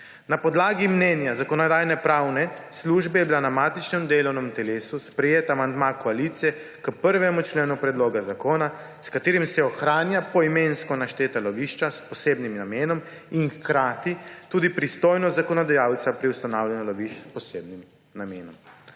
Na podlagi mnenja Zakonodajno-pravne službe je bil na matičnem delovnem telesu sprejet amandma koalicije k 1. členu predloga zakona, s katerim se ohranjajo poimensko našteta lovišča s posebnim namenom in hkrati tudi pristojnost zakonodajalca pri ustanavljanju lovišč s posebnim namenom.